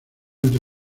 entre